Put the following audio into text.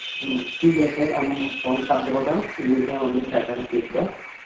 ᱦᱮᱸ ᱴᱷᱤᱠ ᱜᱮᱭᱟ ᱥᱮᱨ ᱟᱢ ᱯᱷᱚᱱ ᱥᱟᱵ ᱫᱚᱦᱚ ᱠᱟᱜ ᱟᱢ ᱢᱤᱫ ᱫᱷᱟᱣ ᱟᱞᱮᱭᱟᱜ ᱰᱟᱴᱟᱧ ᱪᱮᱠ ᱮᱫᱟ